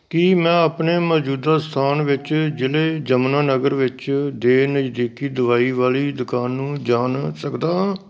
ਕੀ ਮੈਂ ਆਪਣੇ ਮੌਜੂਦਾ ਸਥਾਨ ਵਿੱਚ ਜ਼ਿਲ੍ਹੇ ਯਮੁਨਾਨਗਰ ਵਿੱਚ ਦੇ ਨਜ਼ਦੀਕੀ ਦਵਾਈ ਵਾਲੀ ਦੁਕਾਨ ਨੂੰ ਜਾਣ ਸਕਦਾ ਹਾਂ